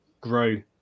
grow